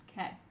Okay